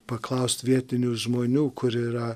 paklaust vietinių žmonių kur yra